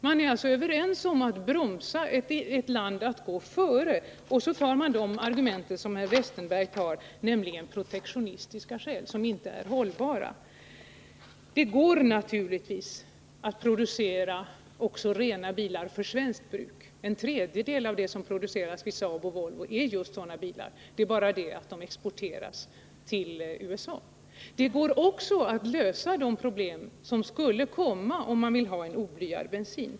Man är alltså överens om att bromsa ett land som vill gå före, och så anför man de argument som herr Westerberg använder, nämligen protektionistiska skäl, som inte är hållbara. 127 Det går naturligtvis att producera också bilar med avgasrening för svenskt bruk. En tredjedel av produktionen vid Saab och Volvo utgörs just av sådana bilar. Det är bara det att de exporteras till USA. Det går också att lösa de problem som skulle uppstå om man ville ha oblyad bensin.